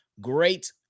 great